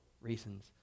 reasons